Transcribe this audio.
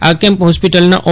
આ કેમ્પ ફોસ્પીટલના ઓ